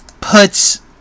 puts